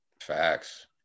Facts